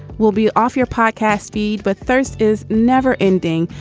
we'll be off your podcast. feed with thirst is never ending.